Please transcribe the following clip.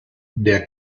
der